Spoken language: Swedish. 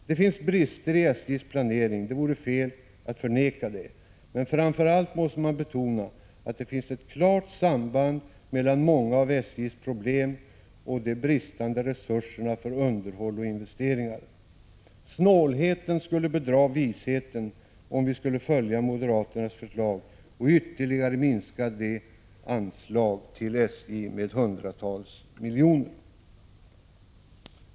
Det finns brister i SJ:s planering — det vore fel att förneka detta — men framför allt måste man betona att det finns ett klart samband mellan många av SJ:s problem och de bristande resurserna för underhåll och investeringar. Snålheten skulle bedra visheten om vi skulle följa moderaternas förslag och ytterligare minska anslaget till SJ med hundratals miljoner.